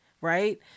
right